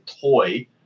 toy